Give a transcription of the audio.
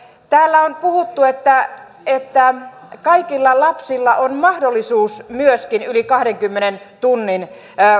täällä on puhuttu että että kaikilla lapsilla on mahdollisuus myöskin yli kahdenkymmenen tunnin